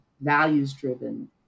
values-driven